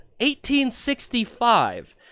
1865